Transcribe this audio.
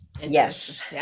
Yes